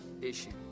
issue